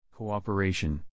Cooperation